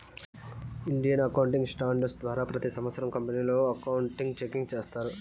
Indian accounting standards ద్వారా ప్రతి సంవత్సరం కంపెనీలు అకౌంట్ చెకింగ్ చేస్తాయి